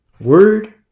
Word